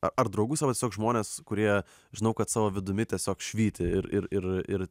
ar draugus arba tiesiog žmones kurie žinau kad savo vidumi tiesiog švyti ir ir ir ir